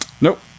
Nope